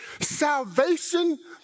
salvation